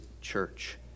church